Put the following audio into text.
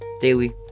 daily